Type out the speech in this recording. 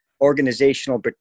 organizational